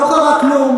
לא קרה כלום.